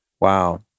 Wow